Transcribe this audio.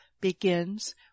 begins